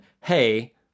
hey